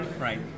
right